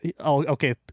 okay